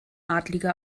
adlige